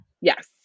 Yes